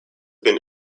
been